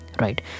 Right